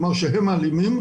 כלומר שהם האלימים,